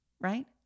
right